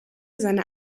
seiner